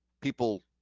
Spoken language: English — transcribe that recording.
people